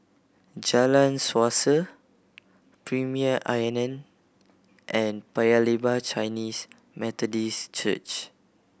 Jalan Suasa Premier Inn and Paya Lebar Chinese Methodist Church